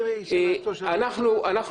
מדברים איתנו שהם רוצים להזיז את הכביש ממקומו,